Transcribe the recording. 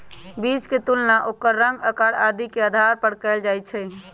बीज के तुलना ओकर रंग, आकार आदि के आधार पर कएल जाई छई